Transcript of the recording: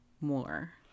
more